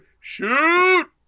shoot